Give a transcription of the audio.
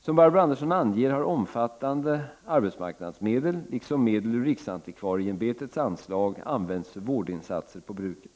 Som Barbro Andersson anger har omfattande AMS-medel, liksom medel ur riksantikvarieämbetets anslag, använts för vårdinsatser på bruken.